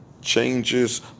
changes